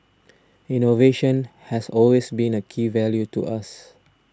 innovation has always been a key value to us